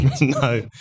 No